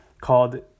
called